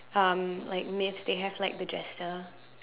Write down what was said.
um like myths they have like the Jester